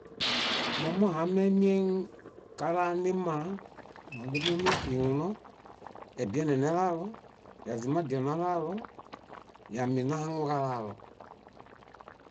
Momuhamemieŋ kalanima, moźumuini yuuno, ebienenealalo, yazumadianalalo, yamin nahaŋuġalalo.